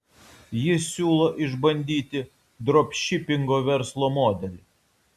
jis siūlo išbandyti dropšipingo verslo modelį